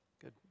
Good